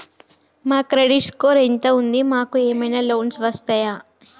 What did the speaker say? మా credit score ఎంత ఉంది? మాకు ఏమైనా లోన్స్ వస్తయా?